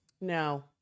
No